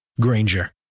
Granger